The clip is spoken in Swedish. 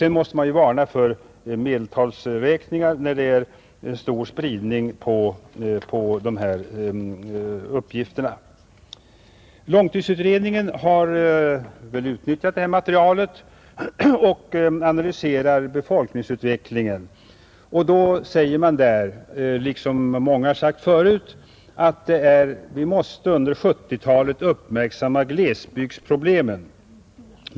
Man måste också varna för medeltalsberäkningar med hänsyn till att det är stor spridning på uppgifterna. Långtidsutredningen har utnyttjat detta material och analyserar befolkningsutvecklingen. Den säger liksom många gjort förut att vi under 1970-talet måste uppmärksamma glesbygdsproblemen.